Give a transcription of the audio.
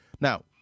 Now